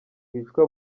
bicwa